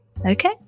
Okay